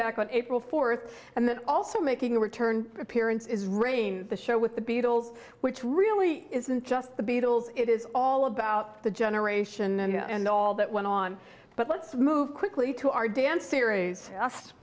back on april fourth and then also making a return appearance is rain the show with the beatles which really isn't just the beatles it is all about the generation and all that went on but let's move quickly to our dance series